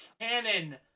Cannon